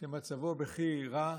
שמצבו בכי רע,